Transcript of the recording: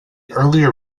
earlier